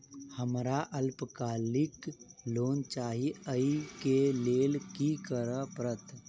हमरा अल्पकालिक लोन चाहि अई केँ लेल की करऽ पड़त?